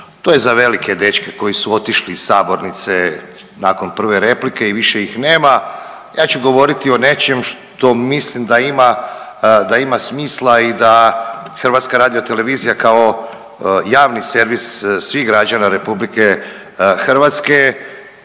to je za velike dečke koji su otišli iz sabornice nakon prve replike i više ih nema, ja ću govoriti o nečem što mislim da ima smisla i da HRT kao javni servis svih građana RH treba